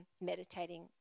meditating